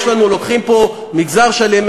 לוקחים פה מגזר שלם,